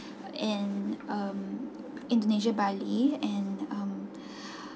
in um indonesia bali and um